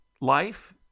life